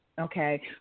Okay